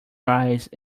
rise